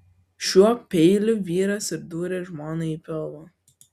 šiuo peiliu vyras ir dūrė žmonai į pilvą